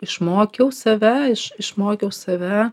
išmokiau save iš išmokiau save